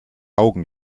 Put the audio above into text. augen